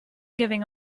giving